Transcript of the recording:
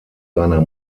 seiner